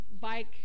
bike